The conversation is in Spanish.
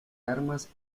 armas